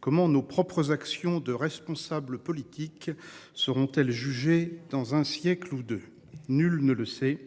Comment nos propres actions de responsables politiques seront-elles jugé dans un siècle ou 2. Nul ne le sait,